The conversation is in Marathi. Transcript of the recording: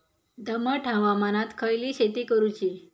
दमट हवामानात खयली शेती करूची?